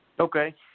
Okay